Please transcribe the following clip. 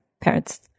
parents